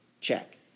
check